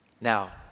Now